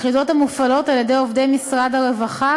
יחידות המופעלות על-ידי עובדי משרד הרווחה